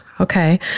Okay